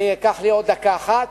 אני אקח לי עוד דקה אחת.